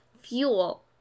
fuel